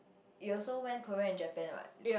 you also went Korea and Japan what